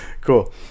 Cool